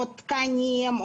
עוד תקנים,